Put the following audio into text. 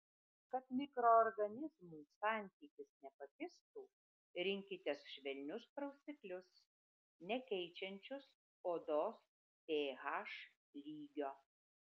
kad mikroorganizmų santykis nepakistų rinkitės švelnius prausiklius nekeičiančius odos ph lygio